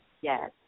yes